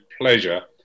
pleasure